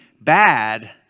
bad